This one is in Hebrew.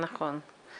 נכון.